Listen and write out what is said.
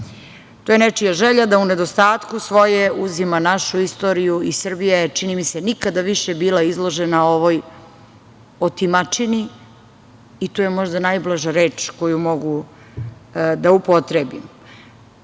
To je nečija želja da u nedostatku svoje uzima našu istoriju i Srbija je, čini mi se, nikada više bila izložena ovoj otimačini. To je možda najblaža reč koju mogu da upotrebim.